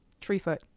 Treefoot